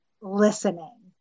listening